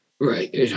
right